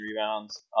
rebounds